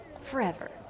Forever